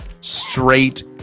straight